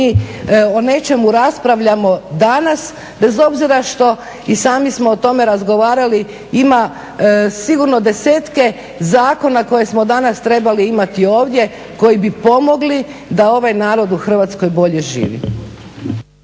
mi, o nečemu raspravljamo danas bez obzira što i sami smo o tome razgovarali ima sigurno desetke zakona koje smo danas trebali imati ovdje koji bi pomogli da ovaj narod u Hrvatskoj bolje živi.